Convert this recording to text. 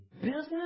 business